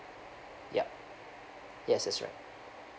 yup yes that's right